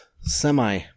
semi